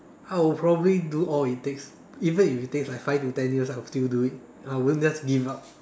I'll probably do all it takes even if it takes like five or ten years I will still do it I wouldn't just give up